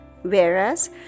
Whereas